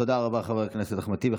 תודה רבה, חבר הכנסת אחמד טיבי.